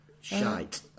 Shite